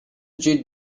cheat